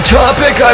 topic